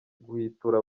guhwitura